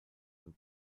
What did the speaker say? and